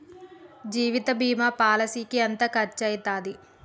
జీవిత బీమా పాలసీకి ఎంత ఖర్చయితది?